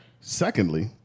Secondly